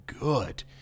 good